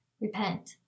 repent